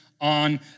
on